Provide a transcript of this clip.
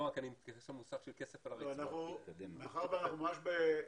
זה לא אומר שהן לא בעתודה